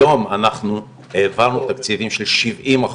היום אנחנו העברנו תקציבים של שבעים אחוז,